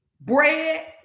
bread